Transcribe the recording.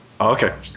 okay